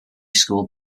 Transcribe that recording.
school